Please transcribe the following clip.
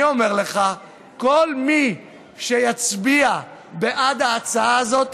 אני אומר לך שכל מי שיצביע בעד ההצעה הזאת